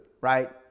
right